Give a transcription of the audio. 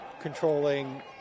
controlling